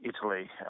Italy